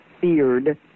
feared